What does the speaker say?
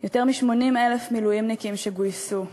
יותר מ-80,000 מילואימניקים שגויסו,